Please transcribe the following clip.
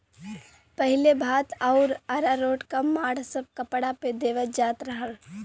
पहिले भात आउर अरारोट क माड़ सब कपड़ा पे देवल जात रहल